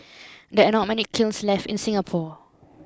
there are not many kilns left in Singapore